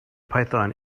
python